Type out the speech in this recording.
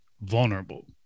vulnerable